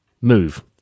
move